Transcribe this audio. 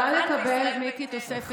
אני יכולה לקבל, מיקי, תוספת